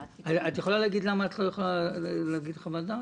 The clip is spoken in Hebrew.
את יכולה להגיד למה את לא יכולה להגיד חוות דעת?